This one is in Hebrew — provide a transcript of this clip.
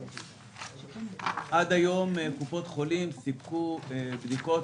עד היום קופות החולים סיפקו בדיקות,